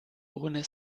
ohne